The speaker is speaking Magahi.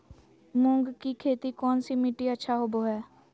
मूंग की खेती कौन सी मिट्टी अच्छा होबो हाय?